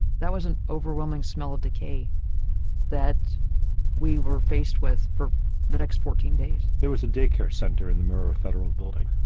that was an overwhelming smell of decay that we were faced with for the next fourteen days. there was a daycare center in the murrah federal building.